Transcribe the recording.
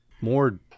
more